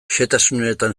xehetasunetan